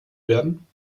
werden